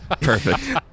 Perfect